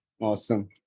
Awesome